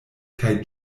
kaj